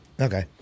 Okay